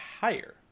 higher